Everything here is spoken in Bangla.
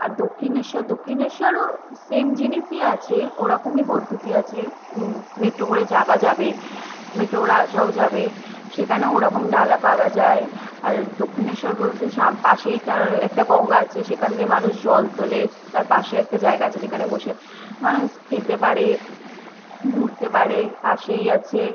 আর দক্ষিণেশ্বর দক্ষিণেশ্বরও সেম জিনিসই আছে ওরকমই পদ্ধতি আছে মেট্রো করে যাবা যাবে মেট্রো করে আসাও যাবে সেখানেও ওরকম ডালা পাওয়া যায় আর দক্ষিণেশ্বর বলতে সাম পাশেই তার একটা গঙ্গা আছে সেখান দিয়ে মানুষ জল তোলে তার পাশে একটা জায়গা আছে সেখানে বসে মানুষ খেতে পারে ঘুরতে পারে পাশেই আছে